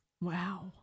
Wow